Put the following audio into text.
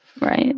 right